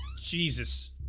jesus